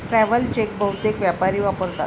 travel cheque बहुतेक व्यापारी वापरतात